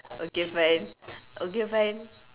okay fine okay fine